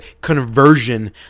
conversion